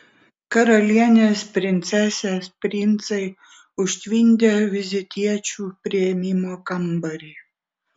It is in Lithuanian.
karalienės princesės princai užtvindė vizitiečių priėmimo kambarį